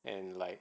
and like